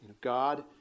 God